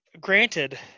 granted